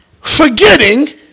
forgetting